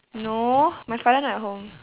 no my father not at home